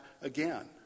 again